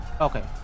Okay